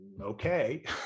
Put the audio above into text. okay